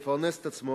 ולפרנס את עצמו